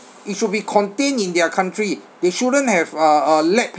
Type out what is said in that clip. it should be contained in their country they shouldn't have uh uh let